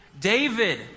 David